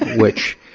which